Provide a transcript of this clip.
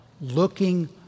looking